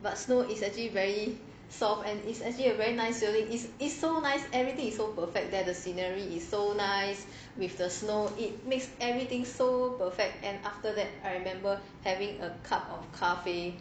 but snow is actually very soft and is actually a very nice feeling it's it's so nice everything is so perfect that the scenery is so nice with the snow it makes everything so perfect and after that I remember having a cup of 咖啡